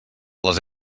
les